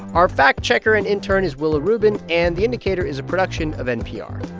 our fact-checker and intern is willa rubin. and the indicator is a production of npr